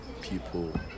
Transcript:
people